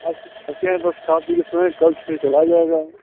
आज तो थके हैं बस खा पी कर सोए कल चला जाएगा